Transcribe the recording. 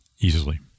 easily